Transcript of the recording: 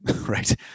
right